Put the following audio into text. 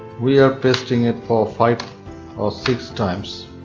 we are pasting it for five six times.